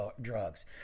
drugs